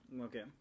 Okay